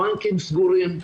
הבנקים סגורים,